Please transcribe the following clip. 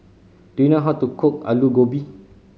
do you know how to cook Alu Gobi